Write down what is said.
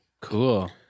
Cool